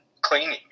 cleaning